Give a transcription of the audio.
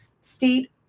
state